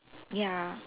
ya